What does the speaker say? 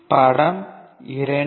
படம் 2